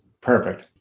Perfect